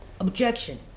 Objection